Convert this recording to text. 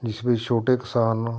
ਜਿਸ ਵਿੱਚ ਛੋਟੇ ਕਿਸਾਨ